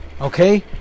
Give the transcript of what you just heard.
okay